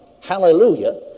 hallelujah